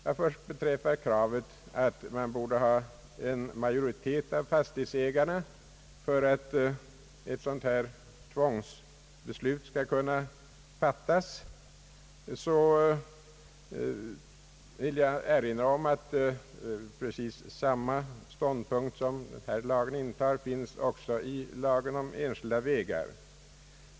Vad först beträffar kravet att man borde ha en majoritet av fastighetsägarna för att ett sådant här tvångsbeslut skall kunna fattas vill jag erinra om att precis samma ståndpunkt, som härvidlag intages, också finns i lagen om enskilda vägar.